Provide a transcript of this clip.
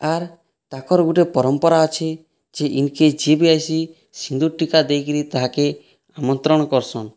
ଆର୍ ତାକର ଗୋଟିଏ ପରମ୍ପରା ଅଛି ଯେ ଇନ୍ କେ ଯିଏ ବି ଆଇସି ସିନ୍ଦୂର ଟିକା ଦେଇକିରି ତାହାକେ ଆମନ୍ତ୍ରଣ କରସନ୍